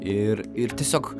ir ir tiesiog